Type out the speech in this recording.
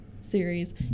series